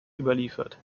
überliefert